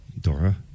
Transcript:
Dora